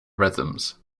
rhythms